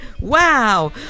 Wow